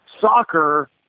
soccer